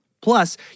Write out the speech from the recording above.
Plus